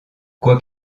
quoi